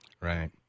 Right